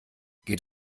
geht